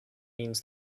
means